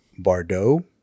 Bardot